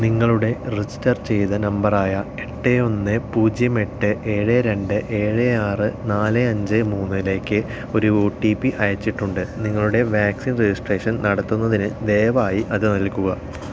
നിങ്ങളുടെ രജിസ്റ്റർ ചെയ്ത നമ്പറായ എട്ട് ഒന്ന് പൂജ്യം എട്ട് ഏഴ് രണ്ട് ഏഴ് ആറ് നാല് അഞ്ച് മൂന്നിലേക്ക് ഒരു ഒ ടി പി അയച്ചിട്ടുണ്ട് നിങ്ങളുടെ വാക്സിൻ രജിസ്ട്രേഷൻ നടത്തുന്നതിന് ദയവായി അതു നൽകുക